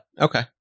Okay